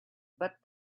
but